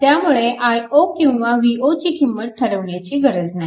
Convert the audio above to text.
त्यामुळे i0 किंवा V0 ची किंमत ठरवण्याची गरज नाही